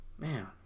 Man